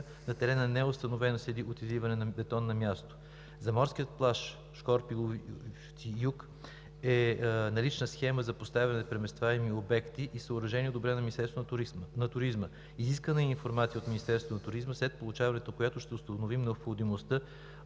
На терена не са установени следи от изливане на бетон на място. За морския плаж Шкорпиловци юг е налична схема за поставяне на преместваеми обекти и съоръжения, одобрена от Министерството на туризма. Изискана е информация от Министерството на туризма, след получаването на която ще установим необходимостта